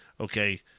okay